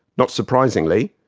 not surprisingly,